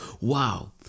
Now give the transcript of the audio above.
Wow